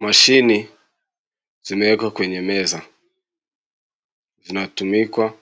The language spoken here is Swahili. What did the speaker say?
Mashine zimewekwa kwenye meza. Zinatumika